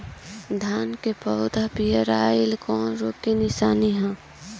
धान के पौधा पियराईल कौन रोग के निशानि ह?